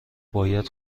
باید